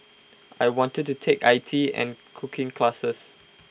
I want to take I T and cooking classes